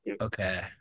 Okay